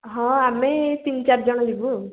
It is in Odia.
ହଁ ଆମେ ତିନ୍ ଚାରି ଜଣ ଯିବୁ ଆଉ